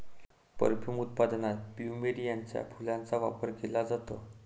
perfume उत्पादनात प्लुमेरियाच्या फुलांचा वापर केला जातो